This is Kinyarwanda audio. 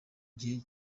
gihe